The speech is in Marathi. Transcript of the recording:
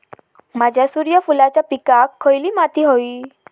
माझ्या सूर्यफुलाच्या पिकाक खयली माती व्हयी?